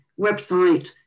Website